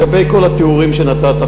לגבי כל התיאורים שנתת,